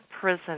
Prison